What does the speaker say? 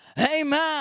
Amen